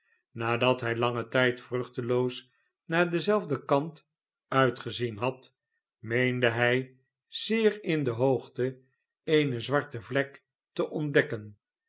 nadat hij langen tijd vruchteloos naar denzelfden kant uitgezien had meende hij zeer in de hoogte eene zwarte vlek te ontdekken